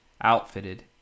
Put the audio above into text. outfitted